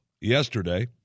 yesterday